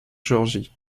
géorgie